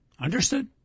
Understood